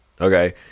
okay